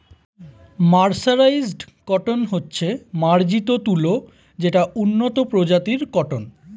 mercerised cotton হচ্ছে মার্জিত তুলো যেটা উন্নত প্রজাতির কটন